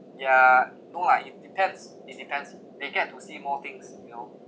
yeah no lah it depends it depends they get to see more things you know